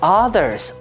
others